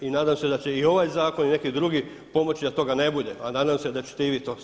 I nadam se da će i ovaj zakon i neki drugi pomoći da toga ne bude a nadam se da ćete i vi to shvatiti.